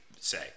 say